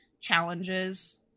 challenges